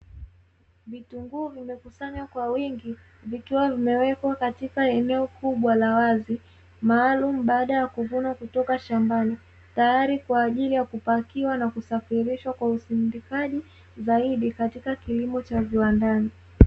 Vitunguu vimekusanywa kwa wingi huku vikiwa eneo la wazi, maalumu baada ya kuvunwa kutoka shambani tayari kwajili ya kupakiwa na kusafirishwa kwa usindikaji zaidi katika kilimo cha viwandani.